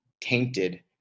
tainted